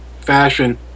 fashion